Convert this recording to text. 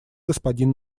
господин